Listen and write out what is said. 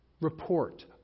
report